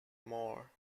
more